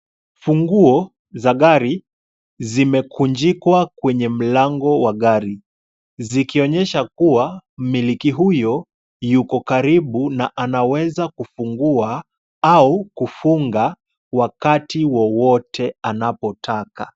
Funguo za gari zimekunjikwa kwenye mlango wa gari zikionyesha kuwa mmiliki huyo yuko karibu na anaweza kufungua au kufunga wakati wowote anapotaka.